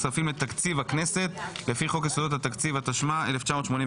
כספים לתקציב הכנסת לפי חוק יסודות התקציב התשמ"ה-1985.